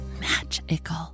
magical